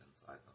inside